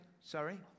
sorry